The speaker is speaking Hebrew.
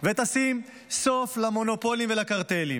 ותשים סוף למונופולים ולקרטלים,